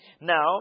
Now